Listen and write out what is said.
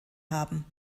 haben